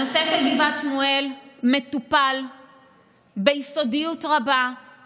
הנושא של גבעת שמואל מטופל ביסודיות רבה,